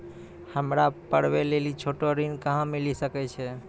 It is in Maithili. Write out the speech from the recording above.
हमरा पर्वो लेली छोटो ऋण कहां मिली सकै छै?